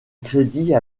crédit